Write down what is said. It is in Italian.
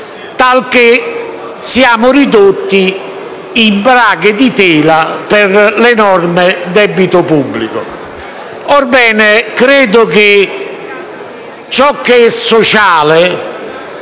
talché siamo ridotti in braghe di tela per l'enorme debito pubblico. Orbene, credo che ciò che è sociale